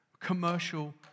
commercial